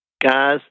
guys